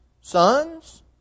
sons